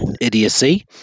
Idiocy